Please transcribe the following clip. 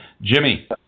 Jimmy